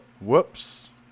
Whoops